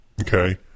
Okay